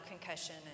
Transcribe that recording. concussion